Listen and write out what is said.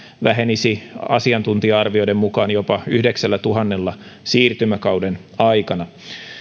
vähenisi asiantuntija arvioiden mukaan jopa yhdeksällätuhannella siirtymäkauden aikana